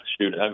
shoot